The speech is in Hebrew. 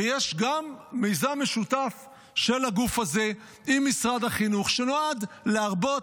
ויש גם מיזם משותף של הגוף הזה עם משרד החינוך שנועד להרבות,